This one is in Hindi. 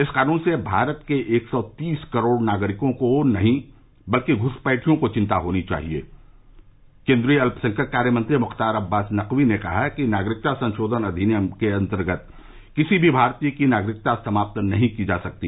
इस कानून से भारत के एक सौ तीस करोड़ नागरिकों को नहीं बल्कि घ्सपैठियों को चिन्ता होनी चाहिए किन्द्रीय अत्यसंख्यक कार्य मंत्री मुख्तार अब्बास नकवी ने कहा है कि नागरिकता संशोधन अधिनियम के अंतर्गत किसी भी भारतीय की नागरिकता समाप्त नहीं की जा सकती